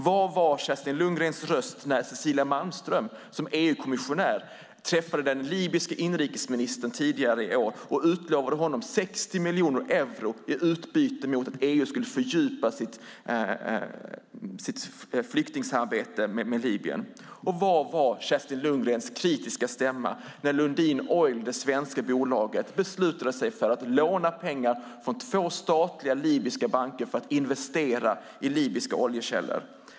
Var var Kerstin Lundgrens röst när Cecilia Malmström som EU-kommissionär tidigare i år träffade den libyske inrikesministern och lovade honom 60 miljoner euro i utbyte mot att EU skulle fördjupa sitt flyktingsamarbete med Libyen? Var var Kerstin Lundgrens kritiska stämma när det svenska bolaget Lundin Oil beslutade sig för att låna pengar från två statliga libyska banker för att investera i libyska oljekällor?